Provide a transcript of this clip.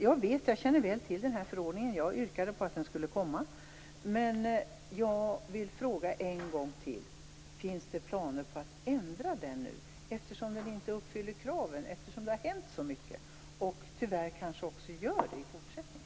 Jag känner väl till den här förordningen - jag yrkade på att den skulle komma. Jag vill fråga en gång till: Finns det planer på att ändra den nu, eftersom den inte uppfyller kraven på grund av att det har hänt så mycket och tyvärr kanske också gör det i fortsättningen?